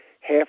half